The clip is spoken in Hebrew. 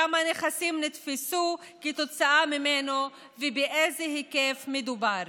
כמה נכסים נתפסו כתוצאה ממנו ובאיזה היקף מדובר.